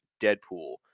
Deadpool